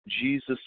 Jesus